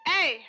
Hey